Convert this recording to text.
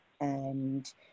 And-